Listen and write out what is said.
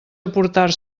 aportar